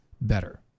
better